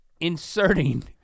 inserting